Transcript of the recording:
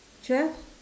twelve